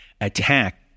attack